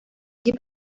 дип